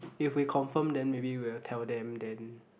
if we confirm then maybe we will tell them then